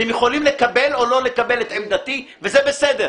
אתם יכולים לקבל או לא לקבל את עמדתי, וזה בסדר.